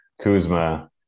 Kuzma